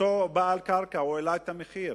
אותו בעל קרקע העלה את המחיר.